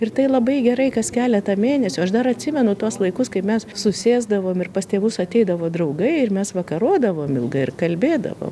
ir tai labai gerai kas keletą mėnesių aš dar atsimenu tuos laikus kai mes susėsdavom ir pas tėvus ateidavo draugai ir mes vakarodavom ilgai ir kalbėdavom